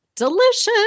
delicious